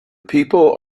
people